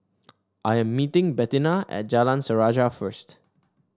I am meeting Bettina at Jalan Sejarah first